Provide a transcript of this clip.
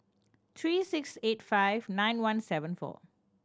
three six eight five nine one seven four